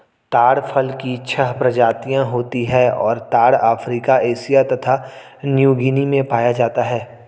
ताड़ फल की छह प्रजातियाँ होती हैं और ताड़ अफ्रीका एशिया तथा न्यूगीनी में पाया जाता है